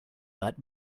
but